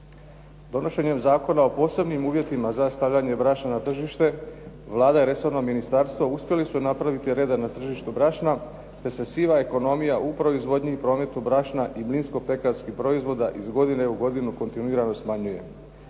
Donošenjem Zakona o posebnim uvjetima za stavljanje brašna na tržište Vlada i resorno ministarstvo uspjeli su napraviti reda na tržištu brašna te se siva ekonomija u proizvodnji i prometu brašna i mlinsko pekarskih proizvoda iz godine u godinu kontinuirano smanjuje.